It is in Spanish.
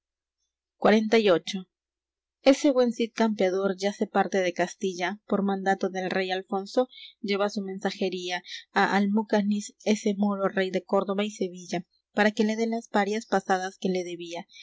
cid campeador ya se parte de castilla por mando del rey alfonso lleva su mensajería á almucanis ese moro rey de córdoba y sevilla para que le dé las parias pasadas que le debía